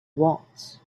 wants